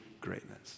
greatness